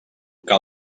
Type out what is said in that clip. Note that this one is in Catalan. que